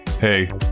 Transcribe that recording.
hey